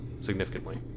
significantly